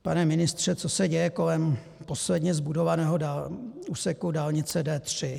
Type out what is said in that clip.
Pane ministře, co se děje kolem posledně zbudovaného úseku dálnice D3?